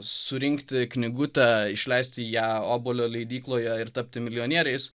surinkti knygutę išleisti ją obuolio leidykloje ir tapti milijonieriais